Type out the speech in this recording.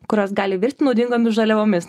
kurios gali virsti naudingomis žaliavomis